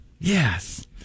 Yes